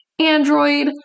android